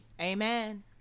amen